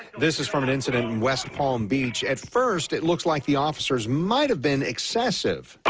this is from an incident in west palm beach at first it looks like the officers might have been excessive.